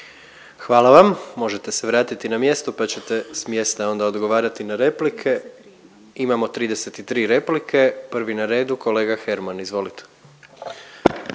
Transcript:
Hvala vam. Možete se vratiti na mjesto pa ćete s mjesta onda odgovarati na replike. Imamo 33 replike. Prvi na redu kolega Herman izvolite.